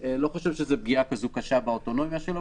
אני לא חושב שזו פגיעה כזו קשה באוטונומיה שלו,